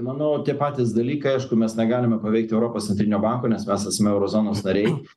manau tie patys dalykai aišku mes negalime paveikti europos centrinio banko nes mes esame euro zonos nariai